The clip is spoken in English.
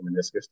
meniscus